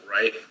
right